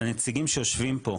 לנציגים שיושבים פה,